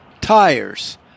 tires